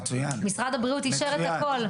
-- משרד הבריאות אישר את כל.